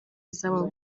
izabo